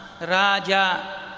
Raja